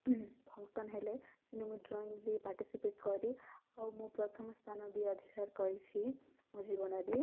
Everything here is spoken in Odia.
ଫଙ୍କସନ୍ ହେଲେ ସେନେ ମୁଇଁ ଡ଼୍ରଇଂରେ ପାର୍ଟିସିପେଟ୍ କରେ ଆଉ ମୁଁ ପ୍ରଥମ ସ୍ଥାନ ବି ଅଧିକାର କରିଛି ମୋ ଜୀବନରେ